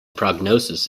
prognosis